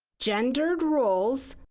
gendered roles,